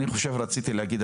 רציתי להגיד,